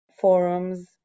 forums